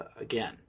again